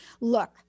Look